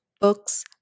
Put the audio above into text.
books